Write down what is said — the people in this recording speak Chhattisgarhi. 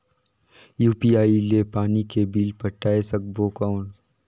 यू.पी.आई ले पानी के बिल पटाय सकबो कौन?